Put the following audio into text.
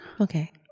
Okay